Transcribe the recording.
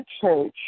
church